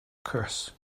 curse